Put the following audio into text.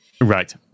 Right